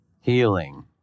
Healing